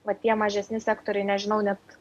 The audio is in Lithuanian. va tie mažesni sektoriai nežinau net